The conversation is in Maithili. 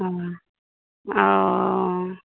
ओ ओ